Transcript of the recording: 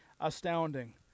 astounding